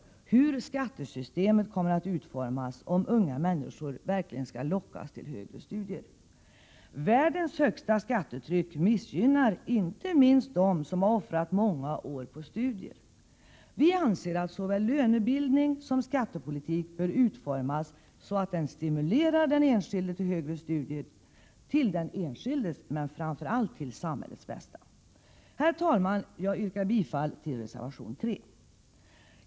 1987/88:128 betydelse för om unga människor verkligen skall lockas till högre studier. Världens högsta skattetryck missgynnar inte minst dem som har offrat många år på studier. Vi anser att såväl lönebildning som skattepolitik bör utformas så att den enskilde stimuleras till högre studier — till den enskildes men framför allt till samhällets bästa. Herr talman! Jag yrkar bifall till reservation 3.